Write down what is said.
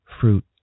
fruit